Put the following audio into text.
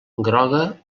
groga